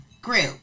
group